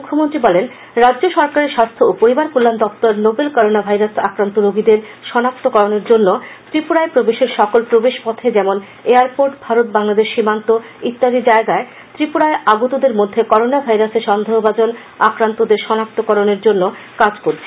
মুখ্যমন্ত্রী বলেন রাজ্য সরকারের স্বাস্থ্য ও পরিবার কল্যাণ দপ্তর নোভেল করোনা ভাইরাস আক্রান্ত রোগীদের সনাক্তকরনের জন্য ত্রিপুরায় প্রবেশের সকল প্রবেশ পথে যেমন এয়ারপোর্ট ভারত বাংলাদেশ সীমান্ত ইত্যাদি জায়গায় ত্রিপুরায় আগতদের মধ্যে করোনা ভাইরাসে সন্দেহভাজন আক্রান্তদের সনাক্তকরণের জন্য কাজ করছে